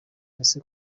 ese